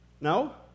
No